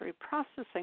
processing